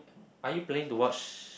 are you planning to watch